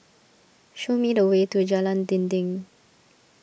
show me the way to Jalan Dinding